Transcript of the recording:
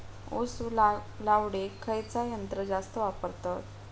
ऊस लावडीक खयचा यंत्र जास्त वापरतत?